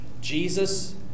Jesus